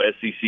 SEC